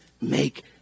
make